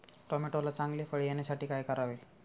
टोमॅटोला चांगले फळ येण्यासाठी काय करावे?